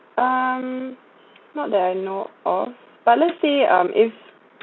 um not that I know of but let's say um if